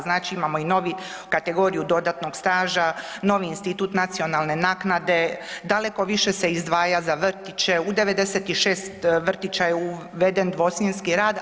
Znači imamo i novi kategoriju dodatnog staža, novi institut nacionalne naknade, daleko više se izdvaja za vrtiće, u 96 vrtića je uveden dvosmjenski rad.